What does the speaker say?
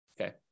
Okay